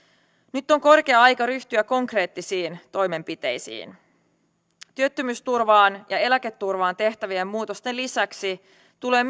nyt on korkea aika ryhtyä konkreettisiin toimenpiteisiin työttömyysturvaan ja eläketurvaan tehtävien muutosten lisäksi tulee